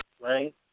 right